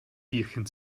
bierchen